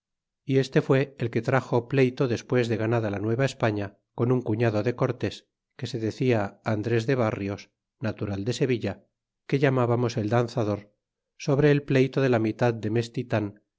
y este fue el que traxo pleyto despues de ganada la nueva españa con un cuñado de cortés que se decía andres de barrios natural de sevilla que llamábamos el danzador sobre el pleyto de la mitad de